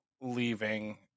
leaving